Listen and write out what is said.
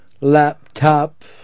Laptop